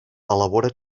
elabora